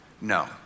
No